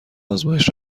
آزمایش